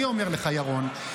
אני אומר לך ירון,